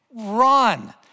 run